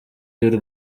y’u